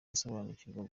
gusobanukirwa